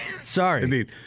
Sorry